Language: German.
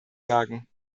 sagen